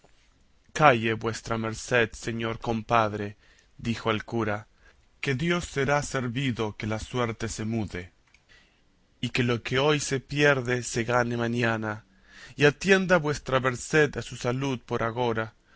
antecedentes calle vuestra merced señor compadre dijo el cura que dios será servido que la suerte se mude y que lo que hoy se pierde se gane mañana y atienda vuestra merced a su salud por agora